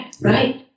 right